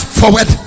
forward